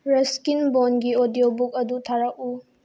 Ruskin ꯕꯣꯟꯒꯤ audio book ꯑꯗꯨ ꯊꯥꯔꯛꯎ